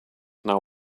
now